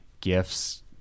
gifts